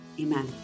amen